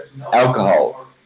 alcohol